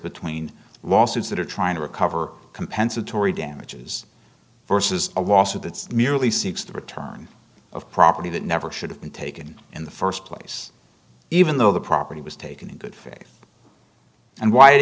between lawsuits that are trying to recover compensatory damages versus a lawsuit that's merely seeks the return of property that never should have been taken in the st place even though the property was taken in good faith and w